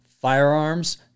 Firearms